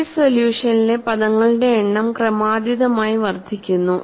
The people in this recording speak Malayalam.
സീരീസ് സൊല്യൂഷനിലെ പദങ്ങളുടെ എണ്ണം ക്രമാതീതമായി വർദ്ധിക്കുന്നു